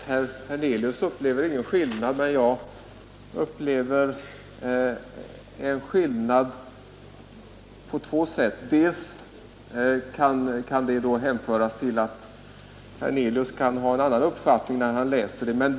Herr talman! Herr Hernelius upplever ingen skillnad mellan den parlamentariska kommission reservanterna föreslagit och den nämnd som undersökte handläggningen av Wennerströmaffären.